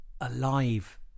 alive